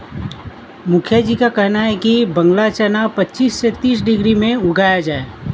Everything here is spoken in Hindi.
मुखिया जी का कहना है कि बांग्ला चना पच्चीस से तीस डिग्री में उगाया जाए